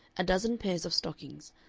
a dozen pairs of stockings,